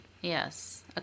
Yes